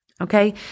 Okay